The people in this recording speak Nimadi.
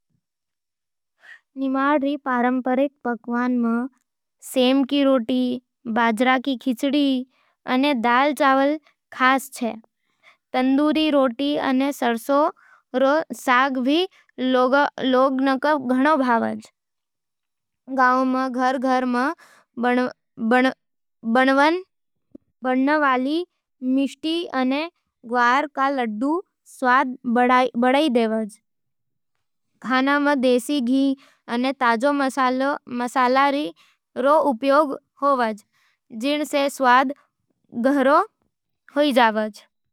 निमाड़ री पारंपरिक पकवानां में, सेम की रोटी, बाजरे री खिचड़ी, अने दाल-चावल खास चे। तंदूरी रोटली अने सरसों रो साग भी लोकां ने भाय चे। गांवां में घर-घर में बनावण वाला मिश्टी अने ग्वार के लड्डू स्वाद बढ़ावे है। खाने में देसी घी अने ताजा मसाला रो उपयोग होवे, जिण से स्वाद गहरा हुइजावाज।